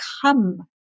come